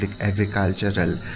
agricultural